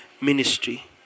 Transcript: ministry